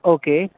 okay